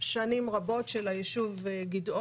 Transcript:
הוא קיים הרבה שנים, של היישוב גדעונה.